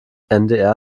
ndr